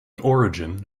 origin